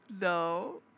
no